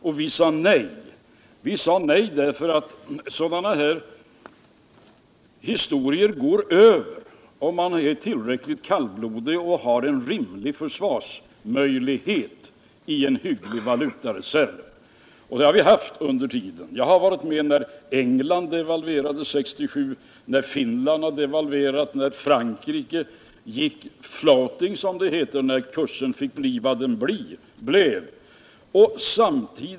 Och vi sade nej därför att sådana här historier går över om man är tillräckligt kallblodig och har en rimlig försvarsmöjlighet i en hygglig valutareserv. Och det har vi haft. Jag var med när England devalverade 1967, när Finland devalverade, när Frankrike gick ”floating” — när kursen fick vara vad den blev.